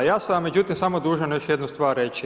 Ja sam vam, međutim, samo dužan još jednu stvar reći.